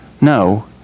No